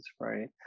right